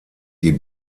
die